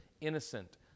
innocent